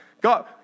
God